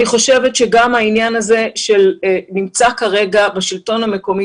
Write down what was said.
אני חושבת שגם העניין הזה שנמצא כרגע בשלטון המקומי,